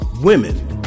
Women